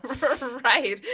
right